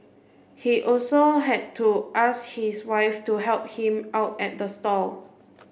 he also had to ask his wife to help him out at the stall